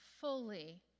fully